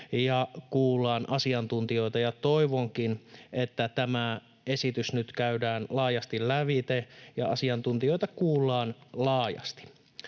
ja kuullaan asiantuntijoita, ja toivonkin, että tämä esitys nyt käydään laajasti lävitse ja asiantuntijoita kuullaan laajasti.